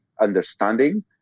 understanding